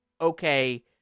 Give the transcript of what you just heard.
okay